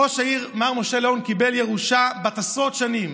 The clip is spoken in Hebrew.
ראש העירייה מר משה ליאון קיבל ירושה בת עשרות שנים,